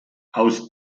aus